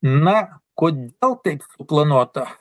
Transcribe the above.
na kodėl taip planuota